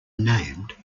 named